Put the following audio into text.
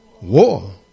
War